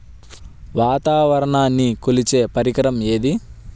వాతావరణాన్ని కొలిచే పరికరం ఏది?